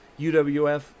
uwf